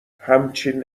همچین